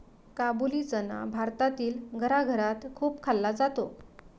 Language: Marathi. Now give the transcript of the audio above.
काबुली चना भारतातील घराघरात खूप खाल्ला जातो